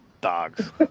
dogs